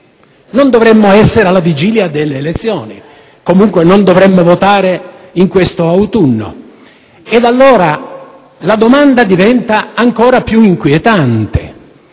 Non dovremmo essere alla vigilia delle elezioni, comunque, non dovremmo votare questo autunno. Allora, la questione diventa ancora più inquietante: